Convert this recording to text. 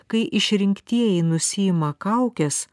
kai išrinktieji nusiima kaukes